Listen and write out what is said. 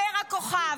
אומר הכוכב.